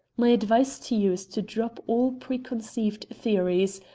my advice to you is to drop all preconceived theories,